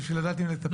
בשביל לדעת אם לטפל,